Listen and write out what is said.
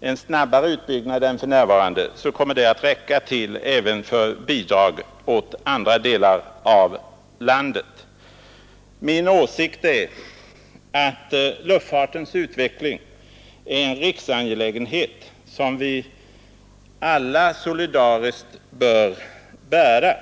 en snabbare utbyggnad än för närvarande — så kommer det att räcka till även för bidrag åt andra delar av landet. Min åsikt är att luftfartens utveckling är en riksangelägenhet som vi alla solidariskt bör bära.